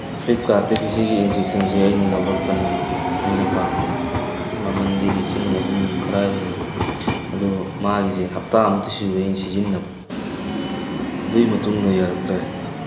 ꯐ꯭ꯂꯤꯞꯀꯥꯔꯠꯇꯒꯤ ꯁꯤꯒꯤ ꯏꯟꯖꯦꯛꯁꯟꯁꯤ ꯑꯩꯅ ꯂꯧꯔꯛꯄꯅꯤ ꯑꯩꯅ ꯄꯥꯝꯃꯦꯅ ꯃꯃꯟꯗꯤ ꯂꯤꯁꯤꯡ ꯑꯍꯨꯝ ꯈꯔ ꯍꯦꯜꯂꯤ ꯑꯗꯣ ꯃꯥꯒꯤꯁꯦ ꯍꯞꯇꯥ ꯑꯃꯗꯤ ꯁꯨꯔꯦ ꯑꯩꯅ ꯁꯤꯖꯤꯟꯅꯕ ꯑꯗꯨꯒꯤ ꯃꯇꯨꯡꯗ ꯌꯥꯔꯛꯇ꯭ꯔꯦ